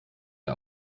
der